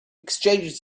exchanged